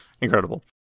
Incredible